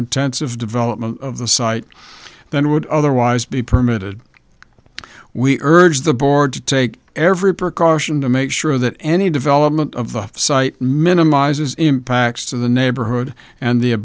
intensive development of the site than would otherwise be permitted we urge the board to take every precaution to make sure that any development of the site minimizes impacts to the neighborhood and the